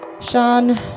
Sean